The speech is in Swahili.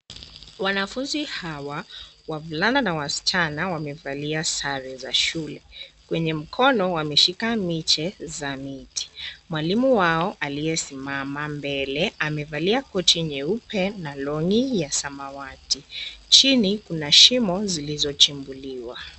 Wanafunzi hawa wavulana na wasichana wamevalia sare za shule kwenye mkono wameshika miche za miti. Mwalimu wao aliyesimama mbele amevalia koti nyeupe na longi ya samawati. Chini kuna shimo zilizochimbuliwa.